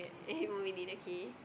eight more minute okay